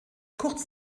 kurz